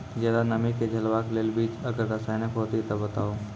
ज्यादा नमी के झेलवाक लेल बीज आर रसायन होति तऽ बताऊ?